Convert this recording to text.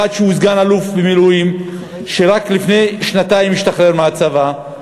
אחד שהוא סגן-אלוף במילואים שרק לפני שנתיים השתחרר מהצבא,